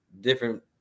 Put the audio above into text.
different